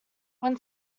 when